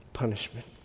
punishment